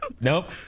Nope